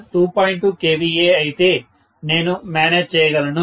2 kVA అయితే నేను manage చేయగలను